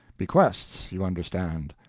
bequests, you understand.